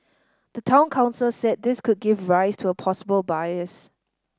the Town Council said this could give rise to a possible bias